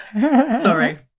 Sorry